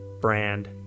brand